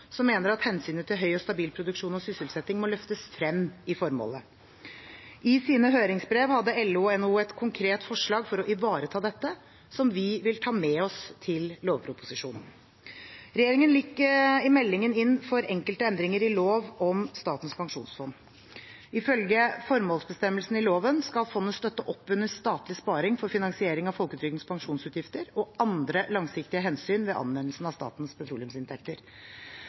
som mener at hensynet til høy og stabil produksjon og sysselsetting må løftes frem i formålet. I sine høringsbrev hadde LO og NHO et konkret forslag for å ivareta dette, som vi vil ta med oss til lovproposisjonen. Regjeringen gikk i meldingen inn for enkelte endringer i lov om Statens pensjonsfond. Ifølge formålsbestemmelsen i loven skal fondet støtte opp under statlig sparing for finansiering av folketrygdens pensjonsutgifter og andre langsiktige hensyn ved anvendelsen av statens petroleumsinntekter.